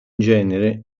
genere